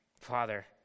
Father